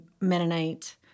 Mennonite